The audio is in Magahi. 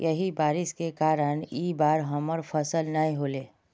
यही बारिश के कारण इ बार हमर फसल नय होले?